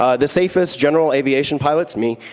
ah the safest general aviation pilots, me,